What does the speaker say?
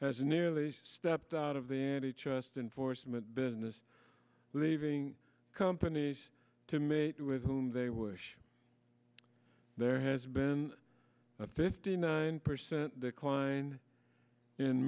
has nearly stepped out of the n h us to enforcement business leaving companies to mate with whom they wish there has been a fifty nine percent decline in